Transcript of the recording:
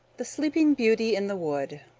the sleeping beauty in the wood